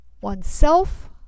oneself